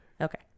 Okay